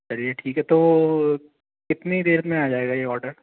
चलिए ठीक है तो कितनी देर में आ जाएगा ये ऑर्डर